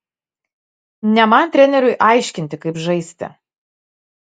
ne man treneriui aiškinti kaip žaisti